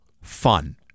fun